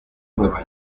nueva